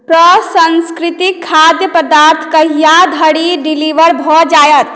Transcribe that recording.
प्रसंस्कृति खाद्य पदार्थ कहिया धरि डिलीवर भऽ जायत